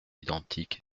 identique